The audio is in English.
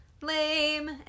lame